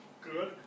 good